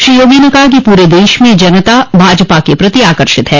श्री योगी ने कहा कि पूरे देश में जनता भाजपा के प्रति आकर्षित है